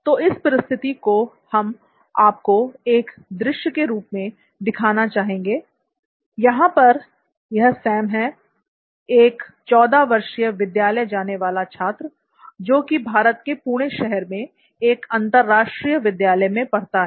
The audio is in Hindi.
तो इस परिस्थिति को हम आपको एक दृश्य के रूप में दिखाना चाहेंगे जहां पर यह सैम है एक 14 वर्षीय विद्यालय जाने वाला छात्र जो कि भारत के पुणे शहर में एक अंतरराष्ट्रीय विद्यालय में पड़ता है